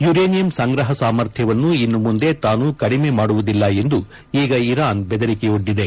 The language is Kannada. ಯುರೇನಿಯಂ ಸಂಗ್ರಹ ಸಾಮರ್ಥ್ಯವನ್ನು ಇನ್ನು ಮುಂದೆ ತಾನು ಕಡಿಮೆ ಮಾಡುವುದಿಲ್ಲ ಎಂದು ಈಗ ಇರಾನ್ ಬೆದರಿಕೆವೊಡ್ಡಿದೆ